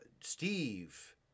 Steve